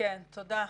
תודה.